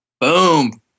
Boom